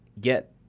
get